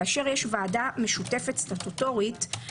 כאשר יש ועדה משותפת סטטוטורית,